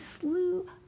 slew